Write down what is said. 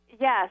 yes